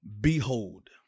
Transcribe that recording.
Behold